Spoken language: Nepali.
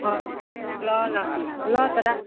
ल ल ल ल त रा